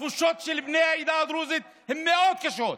התחושות של בני העדה הדרוזית הן מאוד קשות.